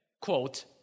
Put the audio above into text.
quote